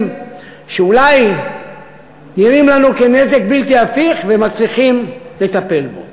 שאולי נראים לנו כנזק בלתי הפיך ומצליחים לטפל בהם.